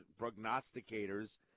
prognosticators